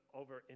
over